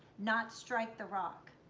not strike the rock.